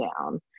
down